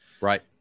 Right